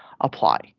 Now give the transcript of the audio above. apply